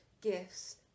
gifts